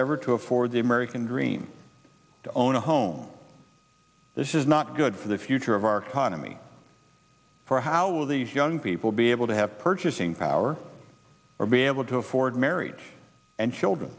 ever to afford the american dream to own a home this is not good for the future of our economy for how will these young people be able to have purchasing power or be able to afford marriage and children